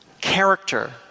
Character